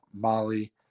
molly